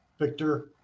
Victor